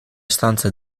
stanze